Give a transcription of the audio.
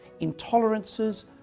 Intolerances